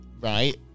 right